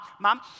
mom